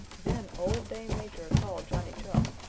then old dame nature called johnny chuck.